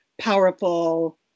powerful